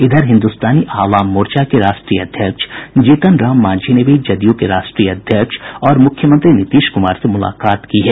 इधर हिन्दुस्तानी आवाम मोर्चा के राष्ट्रीय अध्यक्ष जीतन राम मांझी ने भी जदयू के राष्ट्रीय अध्यक्ष और मुख्यमंत्री नीतीश कुमार से मुलाकात की है